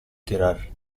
tirar